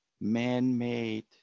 man-made